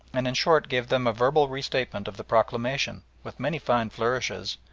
and in short gave them a verbal restatement of the proclamation, with many fine flourishes,